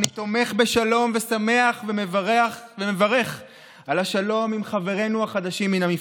אני תומך בשלום ושמח ומברך על השלום עם חברינו החדשים מן המפרץ.